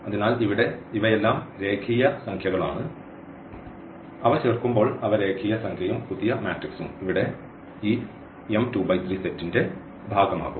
അതിനാൽ ഇവിടെ ഇവയെല്ലാം രേഖീയ സംഖ്യകളാണ് അവ ചേർക്കുമ്പോൾ അവ രേഖീയ സംഖ്യയും പുതിയ മാട്രിക്സും ഇവിടെ ഈ സെറ്റിന്റെ ഭാഗമാകും